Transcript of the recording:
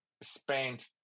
spent